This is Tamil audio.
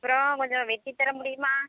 அப்புறம் கொஞ்சம் வெட்டி தர முடியுமா